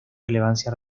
relevancia